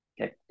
Okay